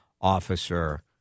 officer